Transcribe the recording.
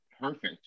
Perfect